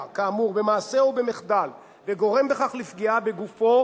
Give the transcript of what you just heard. כאמור במעשה או במחדל וגורם בכך לפגיעה בגופו,